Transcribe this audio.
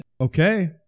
Okay